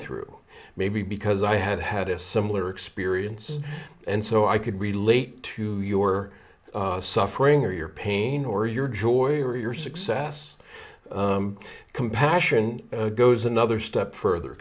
through maybe because i had had a similar experience and so i could relate to your suffering or your pain or your joy or your success compassion goes another step further